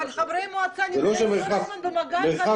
אבל חברי מועצה נמצאים כל הזמן במגע אחד עם השני.